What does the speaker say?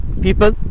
people